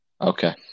Okay